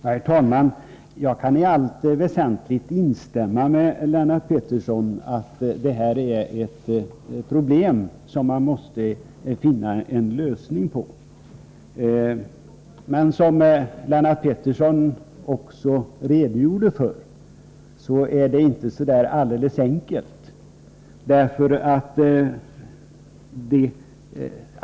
Herr talman! Jag kan i allt väsentligt instämma med Lennart Pettersson i att det här är ett problem som man måste finna en lösning på. Men som Lennart Pettersson också redogjorde för, är det inte så där alldeles enkelt.